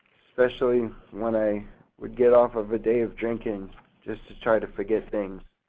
especially when i would get off of a day of drinking just to try to forget things.